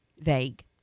vague